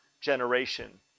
generation